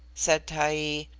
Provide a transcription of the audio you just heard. said taee.